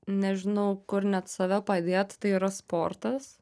nežinau kur net save padėt tai yra sportas